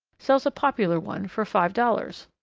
sells a popular one for five dollars.